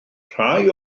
rhai